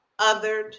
othered